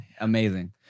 Amazing